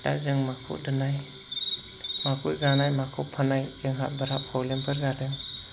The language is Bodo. दा जों माखौ दोननाय माखौ जानाय माखौ फाननाय जोंहा बिराद प्रब्लेमफोर जादों